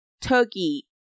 turkey